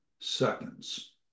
seconds